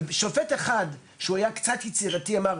ושופט אחד שהוא היה קצת יצירתי אמר,